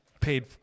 Paid